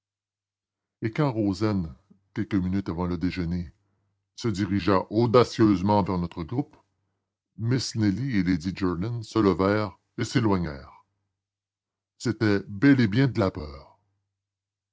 et quand rozaine quelques minutes avant le déjeuner se dirigea audacieusement vers notre groupe miss nelly et lady jerland se levèrent et s'éloignèrent c'était bel et bien de la peur